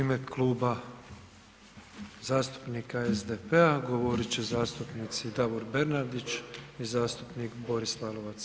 U ime Kluba zastupnika SDP-a, govorit će zastupnici Davor Bernardić i zastupnik Boris Lalovac.